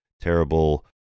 terrible